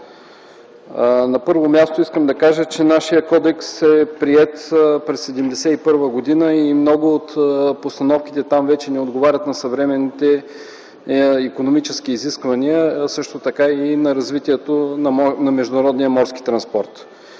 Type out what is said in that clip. На първо място искам да кажа, че нашият кодекс е приет през 1971 г. и много от постановките там вече не отговарят на съвременните икономически изисквания и на развитието на международния морски транспорт.